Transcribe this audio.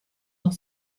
noch